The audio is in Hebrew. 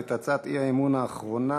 את הצעת האי-אמון האחרונה,